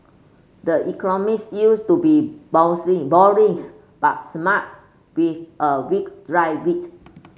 the Economist used to be bouncing boring but smart with a wicked dry wit